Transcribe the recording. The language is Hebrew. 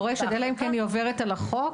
אלא אם כן היא עוברת על החוק,